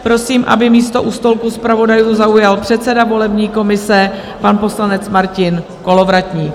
Prosím, aby místo u stolku zpravodajů zaujal předseda volební komise pan poslanec Martin Kolovratník.